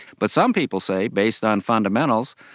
but some people say, based on fundamentals,